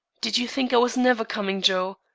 did you think i was never coming, joe?